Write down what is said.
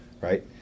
right